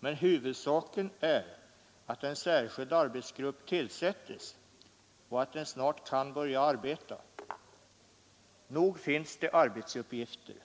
Men huvudsaken är att en särskild arbetsgrupp tillsätts och att den snart kan börja arbeta. Nog finns det arbetsuppgifter: